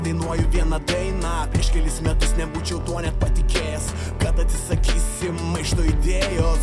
dainuoju vieną dainą prieš kelis metus nebūčiau tuo net nepatikėjęs kad atsisakysim maišto idėjos